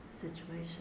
situation